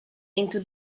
into